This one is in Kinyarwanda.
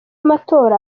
amatora